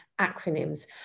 acronyms